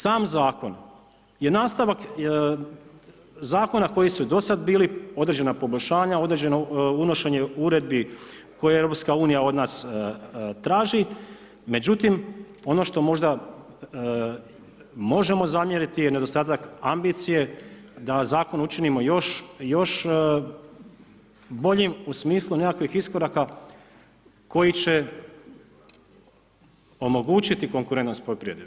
Sam zakon, je nastavak zakona koji su do sada bili, određena poboljšanja, unošenje uredbi koje EU od nas traži, međutim, ono što možda možemo zamjeriti je nedostatak ambicije, da zakon učinimo još boljim u smislu nekakvih iskoraka koji će omogućiti konkurentnost poljoprivrede.